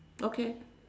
okay